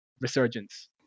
Resurgence